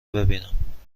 ببینم